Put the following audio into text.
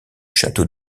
château